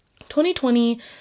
2020